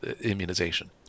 immunization